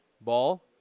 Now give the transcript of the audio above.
Ball